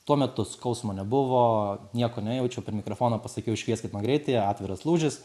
tuo metu skausmo nebuvo nieko nejaučiau per mikrofoną pasakiau iškvieskit man greitąją atviras lūžis